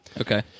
Okay